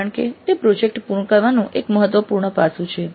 કારણ કે તે પ્રોજેક્ટ પૂર્ણ કરવાનું એક મહત્વપૂર્ણ પાસું છે